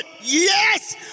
Yes